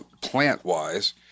plant-wise